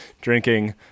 drinking